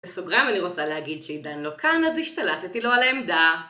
בסוגריים אני רוצה להגיד שעידן לא כאן אז השתלטתי לו על העמדה.